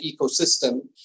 ecosystem